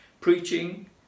preaching